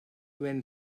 when